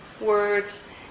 Words